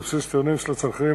בבסיס הטירונים של הצנחנים,